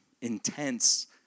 intense